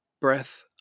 breath